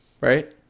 right